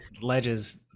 ledges